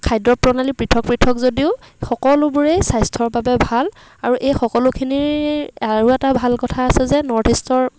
খাদ্য প্ৰণালী পৃথক পৃথক যদিও সকলোবোৰেই স্বাস্থ্যৰ বাবে ভাল আৰু এই সকলোখিনিৰ আৰু এটা ভাল কথা আছে যে নৰ্থ ইষ্টৰ